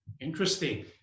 Interesting